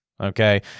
Okay